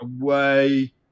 away